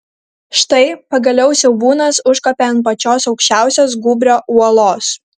štai pagaliau siaubūnas užkopė ant pačios aukščiausios gūbrio uolos